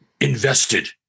invested